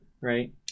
right